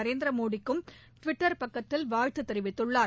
நரேந்திரமோடிக்கும் Twitter பக்கத்தில் வாழ்த்து தெரிவித்துள்ளார்